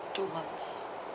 two months